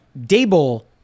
Dable